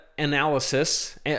Analysis